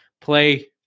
Play